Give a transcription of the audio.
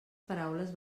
paraules